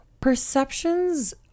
Perceptions